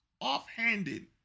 Off-handed